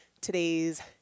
today's